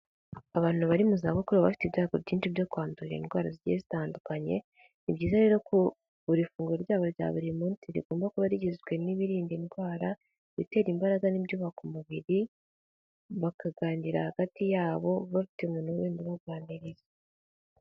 Abantu bari mu zabukuru baba bafite ibyago byinshi byo kwandura indwara zigiye zitandukanye, ni byiza rero ko buri funguro ryabo rya buri munsi rigomba kuba rigizwe n'ibiririnda indwara, ibitera imbaraga n'ibyubaka umubiri, bakaganira hagati yabo bafite umuntu wenda ubaganiriza.